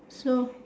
no